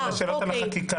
אוקיי.